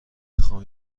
خوام